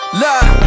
love